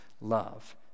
love